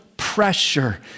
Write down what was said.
pressure